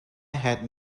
had